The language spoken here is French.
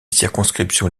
circonscriptions